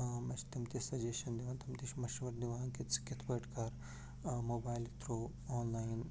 آ مےٚ چھِ تِم تہِ سَجیشَن دِوان تِم تہِ چھِ مےٚ مشوَر دِوان کہ ژٕ کِتھ پٲٹھۍ کَر موبایِل تھرو آنلایِن